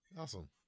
awesome